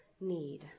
need